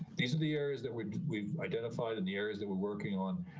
these are the areas that we've we've identified in the areas that we're working on.